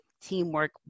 teamwork